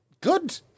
good